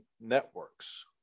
networks